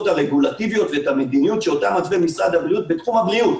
הרגולטיביות ואת המדיניות שאותה מתווה משרד הבריאות בתחום הבריאות